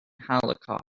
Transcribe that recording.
holocaust